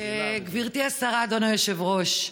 גברתי השרה, אדוני היושב-ראש,